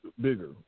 Bigger